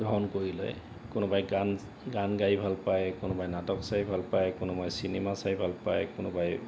গ্ৰহণ কৰিলে কোনোবাই গান গান গাই ভাল পায় কোনোবাই নাটক চাই ভাল পায় কোনোবাই চিনেমা চাই ভাল পায় কোনোবাই